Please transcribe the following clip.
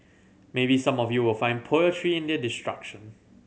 maybe some of you will find poetry in their destruction